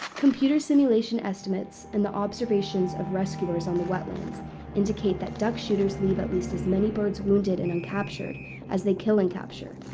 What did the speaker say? computer simulation estimates and the observations of rescuers on the wetlands indicate that duck shooters leave at least as many birds wounded and uncaptured as they kill kill and capture,